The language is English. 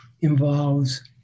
involves